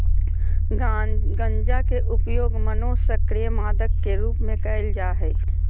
गंजा के उपयोग मनोसक्रिय मादक के रूप में कयल जा हइ